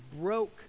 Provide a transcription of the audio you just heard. broke